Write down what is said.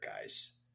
guys